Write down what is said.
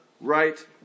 right